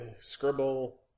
scribble